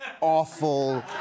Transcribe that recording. awful